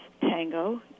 tango